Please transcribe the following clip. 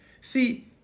See